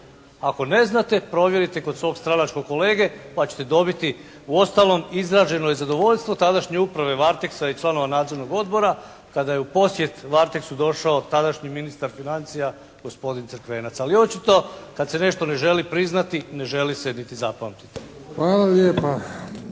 Ako ne znate provjerite kod svog stranačkog kolege pa ćete dobiti. Uostalom, izraženo je i zadovoljstvo tadašnje uprave "Varteksa" i članova Nadzornog odbora kada je u posjet "Varteksu" došao tadašnji ministar financija gospodin Crkvenac. Ali očito kad se nešto ne želi priznati, ne želi se niti zapamtiti. **Bebić,